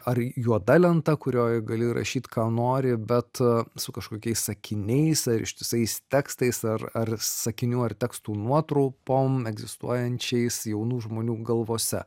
ar juoda lenta kurioj gali rašyt ką nori bet su kažkokiais sakiniais ar ištisais tekstais ar ar sakinių ar tekstų nuotrupom egzistuojančiais jaunų žmonių galvose